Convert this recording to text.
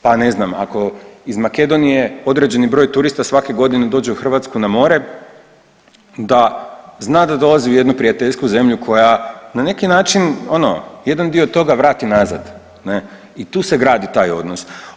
Pa ne znam ako iz Makedonije određeni broj turista svake godine dođe u Hrvatsku na more da zna da dolazi u jednu prijateljsku zemlju koja na neki način ono jedan dio toga vrati nazad ne i tu se gradi taj odnos.